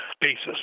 basis